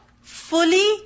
Fully